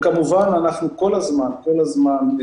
כמובן אנחנו כל הזמן מסייעים